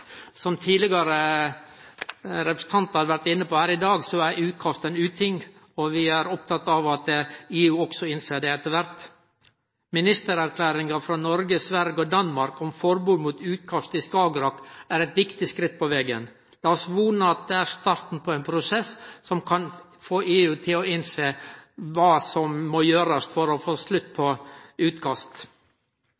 Som tidlegare representantar har vore inne på her i dag, er utkast ein uting. Vi er opptatt av at EU også innser det etter kvart. Ministererklæringa frå Noreg, Sverige og Danmark om forbod mot utkast i Skagerrak er eit viktig skritt på vegen. Lat oss vone at det er starten på ein prosess som kan få EU til å innsjå kva som må gjerast for å få slutt på